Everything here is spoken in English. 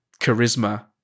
charisma